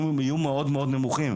הציונים יהיו מאוד נמוכים.